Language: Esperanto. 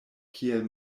kiel